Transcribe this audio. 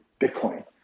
Bitcoin